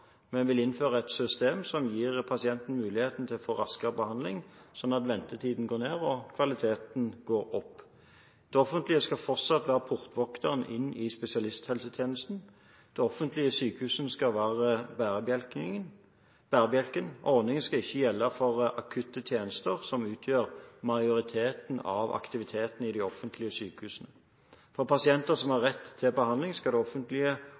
vil innføre et system som gir pasientene muligheten til å få raskere behandling, sånn at ventetiden går ned og kvaliteten går opp. Det offentlige skal fortsatt være portvokteren til spesialisthelsetjenesten. De offentlige sykehusene skal være bærebjelken. Ordningen skal ikke gjelde for akutte tjenester, som utgjør majoriteten av aktiviteten i de offentlige sykehusene. For pasienter som har rett til behandling, skal det offentlige